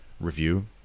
review